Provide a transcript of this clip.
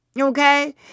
Okay